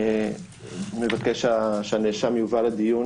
מבקש שהנאשם יובא לדיון,